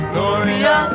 Gloria